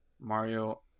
Mario